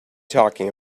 talking